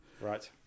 Right